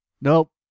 Nope